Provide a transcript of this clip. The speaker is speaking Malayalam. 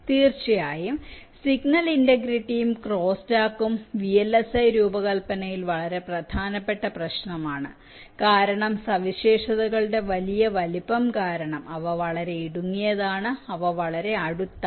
തീർച്ചയായും സിഗ്നൽ ഇന്റെഗ്രിറ്റിയും ക്രോസ്സ്റ്റാക്കും VLSI രൂപകൽപ്പനയിൽ വളരെ പ്രധാനപ്പെട്ട ഒരു പ്രശ്നമാണ് കാരണം സവിശേഷതകളുടെ വലിയ വലിപ്പം കാരണം അവ വളരെ ഇടുങ്ങിയതാണ് അവ വളരെ അടുത്താണ്